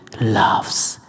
loves